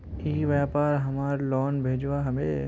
ई व्यापार हमार लोन भेजुआ हभे?